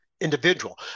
individual